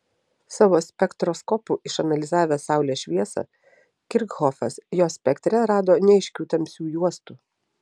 savo spektroskopu išanalizavęs saulės šviesą kirchhofas jos spektre rado neaiškių tamsių juostų